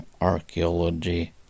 archaeology